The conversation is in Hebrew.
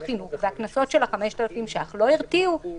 חינוך והקנסות של 5,000 ש"ח לא הרתיעו,